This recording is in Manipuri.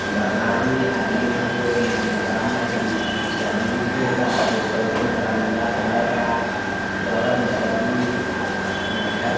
ꯕꯔꯃꯥꯒꯤ ꯑꯥꯔꯃꯤꯅ ꯑꯩꯈꯣꯏ ꯏꯃꯥꯟꯅꯕ ꯑꯃꯒꯤ ꯒꯥꯔꯤꯒꯤ ꯆꯦꯆꯥꯡ ꯆꯦꯛ ꯇꯧꯕ ꯃꯇꯝꯗ ꯑꯗꯥꯔ ꯀꯥꯔꯠ ꯌꯥꯎꯔꯝꯗꯕꯒꯤ ꯉꯥꯏꯍꯥꯛ